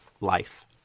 life